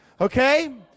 Okay